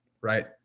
right